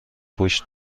پشت